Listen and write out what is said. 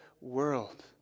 world